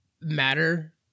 matter